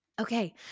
Okay